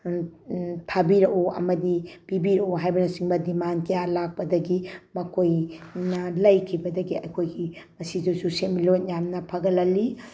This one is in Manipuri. ꯊꯥꯕꯤꯔꯛꯎ ꯑꯃꯗꯤ ꯄꯤꯕꯤꯔꯛꯎ ꯍꯥꯏꯕꯅꯆꯤꯡꯕ ꯗꯤꯃꯥꯟ ꯀꯌꯥ ꯂꯥꯛꯄꯗꯒꯤ ꯃꯈꯣꯏꯅ ꯂꯩꯈꯤꯕꯗꯒꯤ ꯑꯩꯈꯣꯏꯒꯤ ꯃꯁꯤꯗꯁꯨ ꯁꯦꯟꯃꯤꯠꯂꯣꯟ ꯌꯥꯝꯅ ꯐꯒꯠꯍꯜꯂꯤ